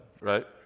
right